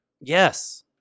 Yes